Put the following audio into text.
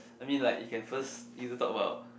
I mean like you can first you can talk about